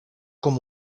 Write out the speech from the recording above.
com